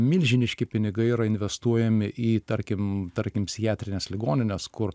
milžiniški pinigai yra investuojami į tarkim tarkim psichiatrines ligonines kur